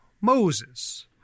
Moses